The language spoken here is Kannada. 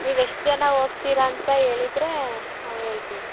ನೀವು ಎಷ್ಟು ಜನ ಹೋಗ್ತೀರ ಅಂತ ಹೇಳಿದ್ರೆ ನಾವು ಹೇಳ್ತೀವಿ